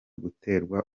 guterwa